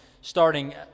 starting